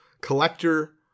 collector